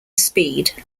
speed